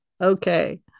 Okay